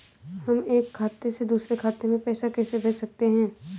हम एक खाते से दूसरे खाते में पैसे कैसे भेज सकते हैं?